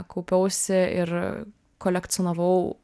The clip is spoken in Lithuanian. kaupiausi ir kolekcionavau